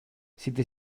siete